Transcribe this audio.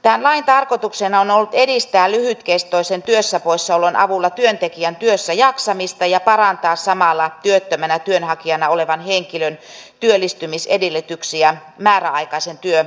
tämän lain tarkoituksena on ollut edistää lyhytkestoisen työstä poissaolon avulla työntekijän työssäjaksamista ja parantaa samalla työttömänä työnhakijana olevan henkilön työllistymisedellytyksiä määräaikaisen työkokemuksen kautta